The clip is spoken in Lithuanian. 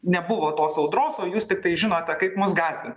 nebuvo tos audros o jūs tiktai žinote kaip mus gąsdint